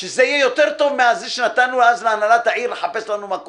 שזה יהיה טוב יותר מאשר כשנתנו להנהלת העיר לחפש לנו אתר,